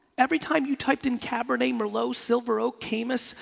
every time you typed in cabernet, merlot, silver oak, camus,